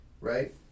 Right